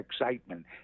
excitement